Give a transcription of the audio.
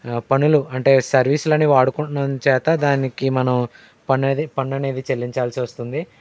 పన్నులు అంటే సర్వీసులని వాడుకునడం చేత దానికి మనం పన్ను అనేది పన్ను అనేది చెల్లించాల్సి వస్తుంది